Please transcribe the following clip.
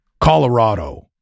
Colorado